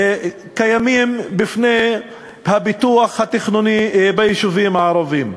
שקיימים בפני הפיתוח התכנוני ביישובים הערביים.